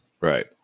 right